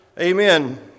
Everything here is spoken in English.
Amen